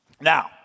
Now